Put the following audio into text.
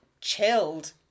chilled